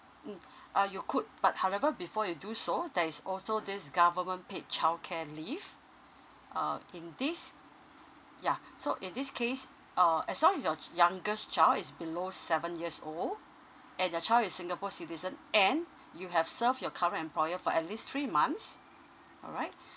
mm uh you could but however before you do so there is also this government paid childcare leave uh in this yeah so in this case uh as long as your ch~ youngest child is below seven years old and your child is singapore citizen and you have serve your current employer for at least three months alright